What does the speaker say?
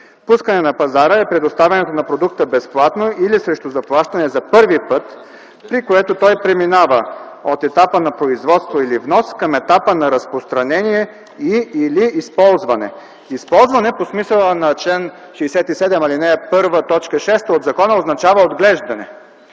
„Пускане на пазара” е предоставянето на продукта безплатно или срещу заплащане за първи път, при което той преминава от етапа на производство или внос към етапа на разпространение и/или използване.” „Използване” по смисъла на чл. 67, ал. 1, т. 6 от закона означава отглеждане.